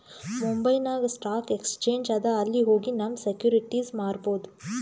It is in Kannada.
ಮುಂಬೈನಾಗ್ ಸ್ಟಾಕ್ ಎಕ್ಸ್ಚೇಂಜ್ ಅದಾ ಅಲ್ಲಿ ಹೋಗಿ ನಮ್ ಸೆಕ್ಯೂರಿಟಿಸ್ ಮಾರ್ಬೊದ್